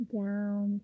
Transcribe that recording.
down